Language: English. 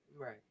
Right